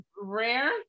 rare